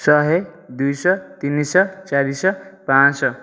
ଶହେ ଦୁଇଶହ ତିନିଶହ ଚାରିଶହ ପାଞ୍ଚଶହ